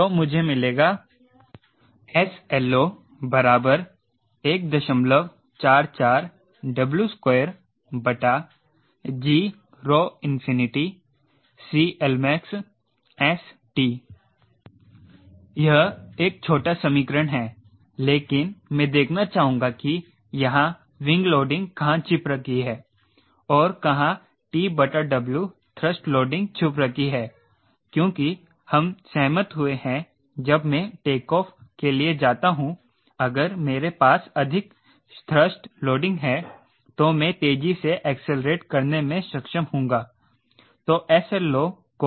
तो मुझे मिलेगा sLO 144W2gCLmaxST यह एक छोटा समीकरण है लेकिन मैं देखना चाहूंगा कि यहां विंग लोडिंग कहां छिप रखी है और कहां TW थ्रस्ट लोडिंग छुप रखी है क्योंकि हम सहमत हुए हैं जब मैं टेक ऑफ के लिए जाता हूं अगर मेरे पास अधिक थ्रस्ट लोडिंग है तो मैं तेजी से एक्सेलेरेट करने में सक्षम हूंगा